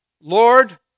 Lord